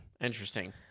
Interesting